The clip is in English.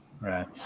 Right